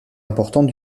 importante